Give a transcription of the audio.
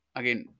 again